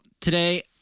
today